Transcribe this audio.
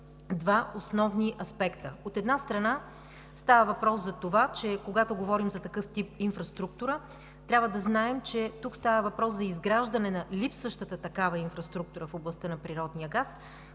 два основни аспекта. От една страна, става въпрос за това, че когато говорим за такъв тип инфраструктура, трябва да знаем, че тук става въпрос за изграждане на липсващата такава инфраструктура в областта на природния газ,